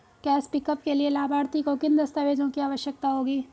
Cash pickup के लिए लाभार्थी को किन दस्तावेजों की आवश्यकता होगी?